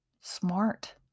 smart